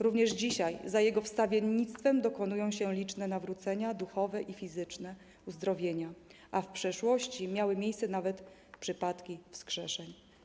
Również dzisiaj za jego wstawiennictwem dokonują się liczne nawrócenia duchowe i fizyczne uzdrowienia, a w przeszłości miały miejsce nawet przypadki wskrzeszeń.